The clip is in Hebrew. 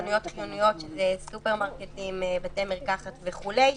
חנויות חיוניות כמו סופרמרקטים בתי מרקחת וכולי,